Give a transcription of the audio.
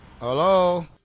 Hello